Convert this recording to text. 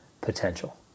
potential